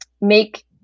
make